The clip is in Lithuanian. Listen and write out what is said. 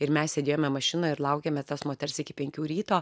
ir mes sėdėjome mašinoj ir laukiame tos moters iki penkių ryto